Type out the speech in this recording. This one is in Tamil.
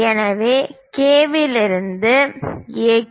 எனவே K இலிருந்து AK